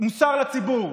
מוסר לציבור.